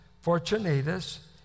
Fortunatus